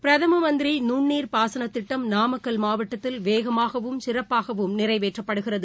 பிரதமமந்திரிநுண்ணீர் பாசனதிட்டம் நாமக்கல் மாவட்டத்தில் வேகமாகவும் சிறப்பாகவும் நிறைவேற்றப்படுகிறது